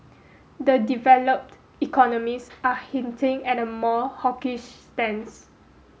the developed economies are hinting at a more hawkish stance